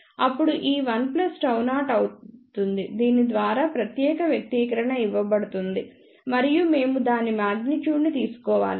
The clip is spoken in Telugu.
అప్పుడు ఈ 1 Γ0 అవుతుంది దీని ద్వారా ప్రత్యేక వ్యక్తీకరణ ఇవ్వబడుతుంది మరియు మేము దాని మ్యాగ్నిట్యూడ్ ని తీసుకోవాలి